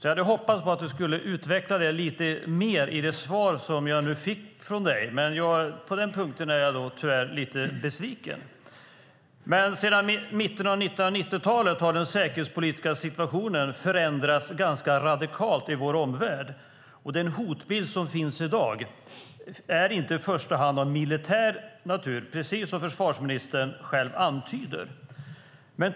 Jag hade hoppats att Karin Enström skulle utveckla detta lite mer i svaret, men på den punkten är jag tyvärr lite besviken. Sedan mitten av 1990-talet har den säkerhetspolitiska situationen förändrats radikalt i vår omvärld. Den hotbild som finns i dag är inte i första hand av militär natur, precis som försvarsministern själv antyder.